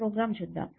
programme చూద్దాం